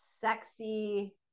sexy